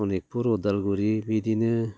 सनितपुर उदालगुरि बिदिनो